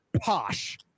Posh